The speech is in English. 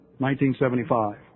1975